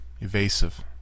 evasive